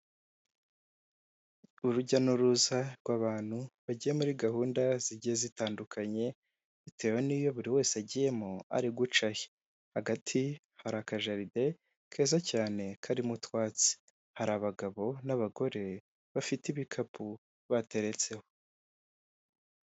Urujya n'uruza rw'abantu bagiye muri gahunda zigiye zitandukanye, bitewe n'iyo buri wese agiyemo ari guca ahe, hagati hari aka jarideri keza cyane karimo utwatsi, hari abagabo n'abagore bafite ibikapu bateretseho.